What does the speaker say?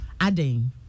adding